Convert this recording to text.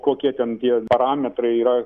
kokie ten tie parametrai yra